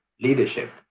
leadership